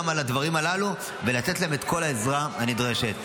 על הדברים הללו ולתת להם את כל העזרה הנדרשת.